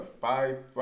Five